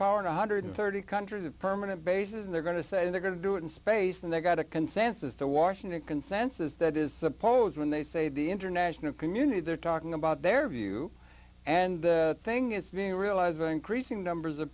power one hundred and thirty dollars countries have permanent bases and they're going to say they're going to do it in space and they've got a consensus the washington consensus that is suppose when they say the international community they're talking about their view and the thing is being realized the increasing numbers of